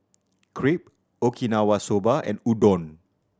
Crepe Okinawa Soba and Udon